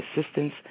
assistance